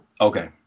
Okay